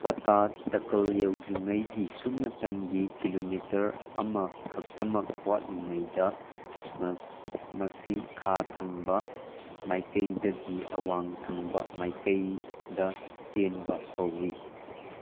ꯄꯇꯥꯗꯀꯜ ꯌꯧꯗ꯭ꯔꯤꯉꯩꯒꯤ ꯁꯨꯞꯅꯇꯪꯒꯤ ꯀꯤꯂꯣꯃꯤꯇꯔ ꯑꯃ ꯈꯛꯇꯃꯛ ꯋꯥꯠꯂꯤꯉꯩꯗ ꯃꯁꯤ ꯈꯥ ꯊꯪꯕ ꯃꯥꯏꯀꯩꯗꯒꯤ ꯑꯋꯥꯡ ꯊꯪꯕ ꯃꯥꯏꯀꯩꯗ ꯆꯦꯟꯕ ꯍꯧꯏ